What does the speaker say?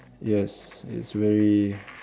yes it's very